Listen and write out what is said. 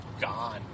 gone